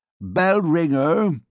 Bell-ringer